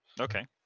Okay